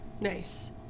Nice